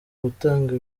gutanga